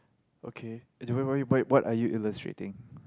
okay anyway where what are you illustrating